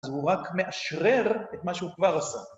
אז הוא רק מאשרר את מה שהוא כבר עשה.